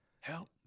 Help